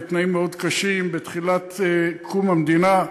בתנאים מאוד קשים בקום המדינה,